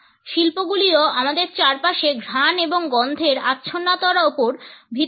শিল্পগুলিও আমাদের চারপাশে ঘ্রাণ এবং গন্ধের আচ্ছন্নতার ওপর ভিত্তি করে